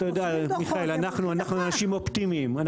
אנחנו אנשים אופטימיים.